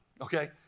okay